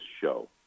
show